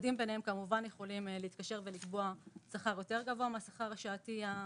הצדדים כמובן יכולים להתקשר ביניהם ולקבוע שכר יותר גבוה מהשכר השעתי של